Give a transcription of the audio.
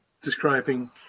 describing